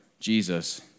Jesus